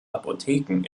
apotheken